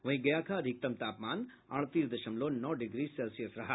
वहीं गया का अधिकतम तापमान अड़तीस दशमलव नौ डिग्री सेल्सियस रहा